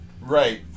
right